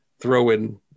throw-in